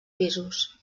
pisos